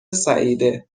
سعیده